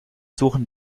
suchen